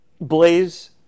Blaze